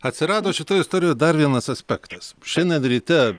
atsirado šitoj istorijoj dar vienas aspektas šiandien ryte